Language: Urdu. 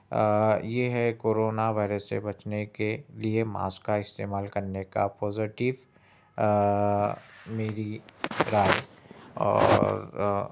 یہ ہے کرونا وائرس سے بچنے کے لیے ماسک کا استعمال کرنے کا پوزیٹو میری رائے اور